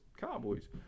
Cowboys